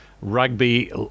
Rugby